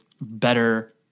better